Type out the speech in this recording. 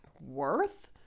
worth